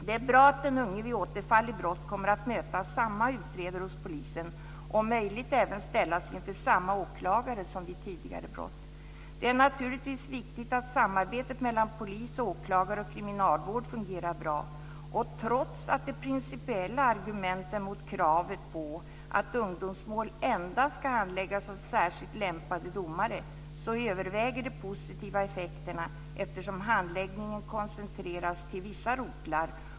Det är bra att den unge vid återfall i brott kommer att möta samma utredare hos polisen och om möjligt även ställas inför samma åklagare som vid tidigare brott. Det är naturligtvis viktigt att samarbetet mellan polis, åklagare och kriminalvård fungerar bra. Trots de principiella argumenten mot kravet på att ungdomsmål endast ska handläggas av särskilt lämpade domare, överväger de positiva effekterna, eftersom handläggningen koncentreras till vissa rotlar.